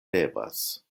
levas